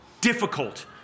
difficult